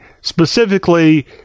specifically